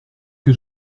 que